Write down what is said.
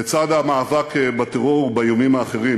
בצד המאבק בטרור ובאיומים האחרים,